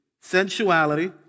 sensuality